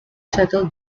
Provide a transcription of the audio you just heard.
settled